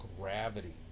gravity